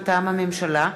מטעם הממשלה: